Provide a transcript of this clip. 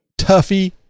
Tuffy